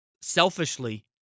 Selfishly